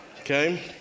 okay